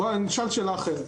בואי נשאל שאלה אחרת.